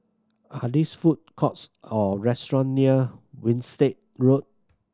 are these food courts or restaurant near Winstedt Road